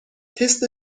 تست